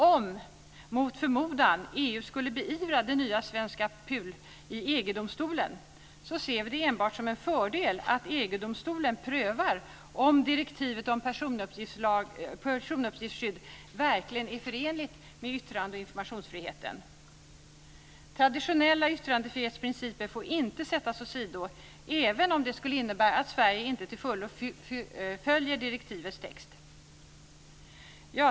Om EU mot förmodan skulle beivra den nya svenska PUL i EG-domstolen ser vi det enbart som en fördel att EG-domstolen prövar om direktivet om personuppgiftsskydd verkligen är förenligt med yttrande och informationsfriheten. Traditionella yttrandefrihetsprinciper får inte sättas åsido, även om det skulle innebära att Sverige inte till fullo följer direktivets text.